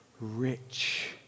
rich